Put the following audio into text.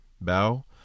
Bow